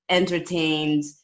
entertained